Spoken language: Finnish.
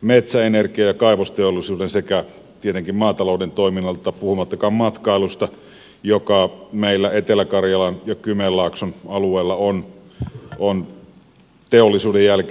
metsäenergian ja kaivosteollisuuden sekä tietenkin maatalouden toiminnan kannalta puhumattakaan matkailusta joka meillä etelä karjalan ja kymenlaakson alueella on teollisuuden jälkeen selkeästi tärkeä ala